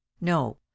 no